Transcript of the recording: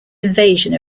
invasion